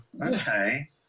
okay